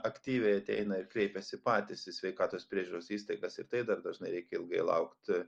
aktyviai ateina ir kreipiasi patys į sveikatos priežiūros įstaigas ir tai dar dažnai reikia ilgai laukti